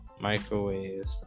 microwaves